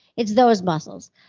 it's those muscles.